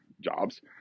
jobs